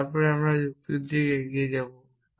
এবং তারপরে যুক্তির দিকে এগিয়ে যাব